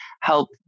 help